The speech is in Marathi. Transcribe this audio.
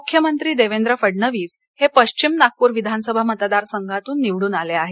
मुख्यमंत्री देवेंद्र फडणवीस हे पश्विम नागपूर विधानसभा मतदार संघातून निवडून आले आहेत